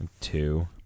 Two